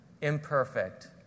imperfect